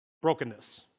brokenness